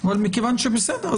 אבל בסדר,